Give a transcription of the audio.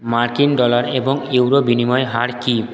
মার্কিন ডলার এবং ইউরো বিনিময় হার কী